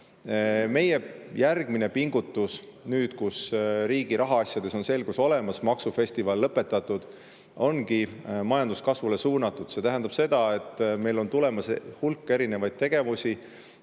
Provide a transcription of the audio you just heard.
Meie järgmine pingutus nüüd, kui riigi rahaasjades on selgus olemas ja maksufestival on lõpetatud, ongi majanduskasvule suunatud. See tähendab seda, et meil on tulemas hulk erinevaid tegevusi.